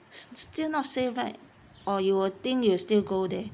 still not safe right or you will think you still go there